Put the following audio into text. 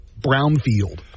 Brownfield